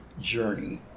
journey